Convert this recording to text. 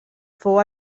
fou